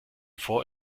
vor